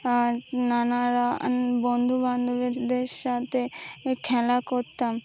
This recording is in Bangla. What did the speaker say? নানারা বন্ধু বান্ধবের সাথে খেলা করতাম